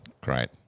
Great